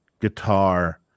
guitar